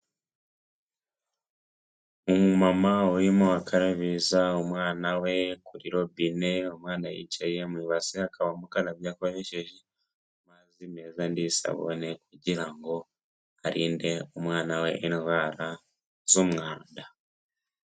Umu mama urimo akarabiza umwana we kuri robine umwana yicaye mu ibase akaba umukarabya akosheje amazi meza n'isabune kugira ngo arinde umwana we indwara z'umwanda.